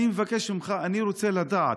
אני מבקש ממך, אני רוצה לדעת.